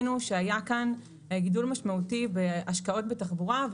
גם לשינויי חקיקה בחוק ההסדרים שקשורים למשרד התחבורה.